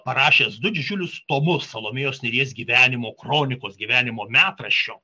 parašęs du didžiulius tomus salomėjos nėries gyvenimo kronikos gyvenimo metraščio